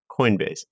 Coinbase